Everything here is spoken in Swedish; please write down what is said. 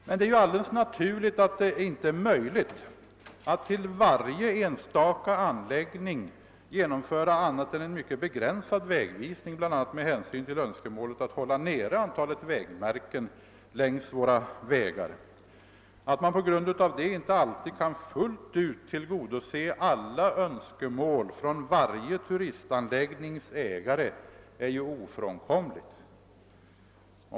Det är dock alldeles naturligt att det inte är möjligt att till varje enstaka anläggning genomföra annat än en mycket begränsad vägvisning, bl.a. med hänsyn till önskemålet att hålla nere antalet vägmärken längs våra vägar. Att man på grund av detta inte alltid fullt ut kan tillgodose alla önskemål från varje turistanläggnings ägare är ju ofrånkomligt.